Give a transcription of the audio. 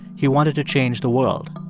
he wanted to change the world.